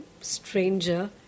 stranger